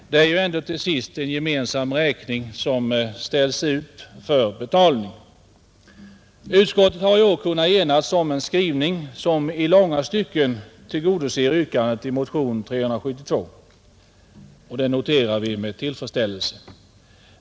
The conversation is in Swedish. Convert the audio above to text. Det är ju ändå till sist en gemensam räkning som ställs ut för betalning. Utskottet har i år kunnat enas om en skrivning som i långa stycken tillgodoser yrkandet i motion 372, och det noterar vi med tillfredsställelse.